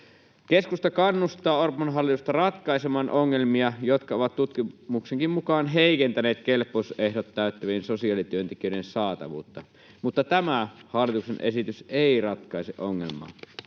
Keskusta kannustaa Orpon hallitusta ratkaisemaan ongelmia, jotka ovat tutkimuksenkin mukaan heikentäneet kelpoisuusehdot täyttävien sosiaalityöntekijöiden saatavuutta, mutta tämä hallituksen esitys ei ratkaise ongelmaa.